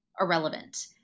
irrelevant